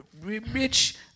rich